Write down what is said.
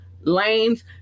lanes